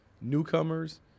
newcomers